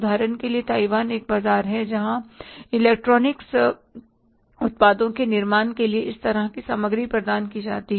उदाहरण के लिए ताइवान एक बाजार है जहां इलेक्ट्रॉनिक्स उत्पादों के निर्माण के लिए इस तरह की सामग्री प्रदान की जाती है